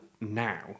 now